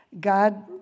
God